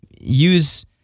use